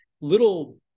little